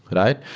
but right?